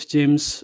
James